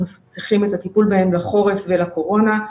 צריכים את הטיפול בהם לחורף ולקורונה,